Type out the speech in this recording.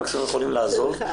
מקסימום יכולים לעזוב.